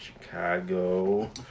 Chicago